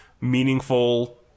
meaningful